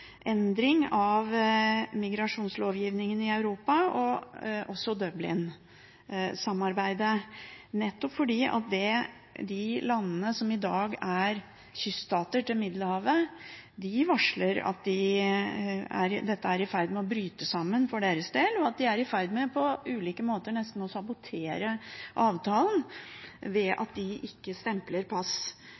endring i migrasjonslovgivningen i Europa og også i Dublin-samarbeidet. Landene som er kyststater til Middelhavet, varsler at dette er i ferd med å bryte sammen for deres del, og at de på ulike måter nesten er i ferd med å sabotere avtalen ved at de ikke stempler pass